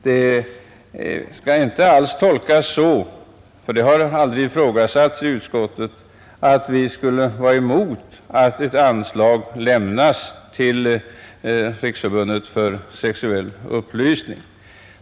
Det skall inte alls tolkas så — det har aldrig ifrågasatts i utskottet — att vi skulle vara emot att ett anslag lämnas till Riksförbundet för sexuell upplysning.